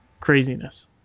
craziness